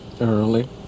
early